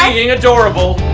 being adorable!